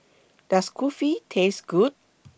Does Kulfi Taste Good